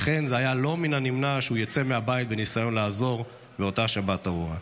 לכן זה היה בלתי נמנע שהוא יצא מהבית בניסיון לעזור באותה שבת ארורה.